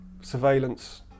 surveillance